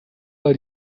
bei